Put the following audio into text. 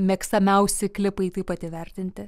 mėgstamiausi klipai taip pat įvertinti